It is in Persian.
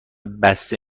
بسته